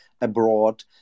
abroad